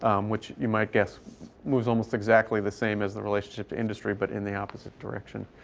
which you might guess moves almost exactly the same as the relationship to industry but in the opposite direction.